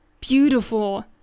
beautiful